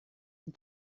and